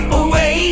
away